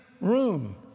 room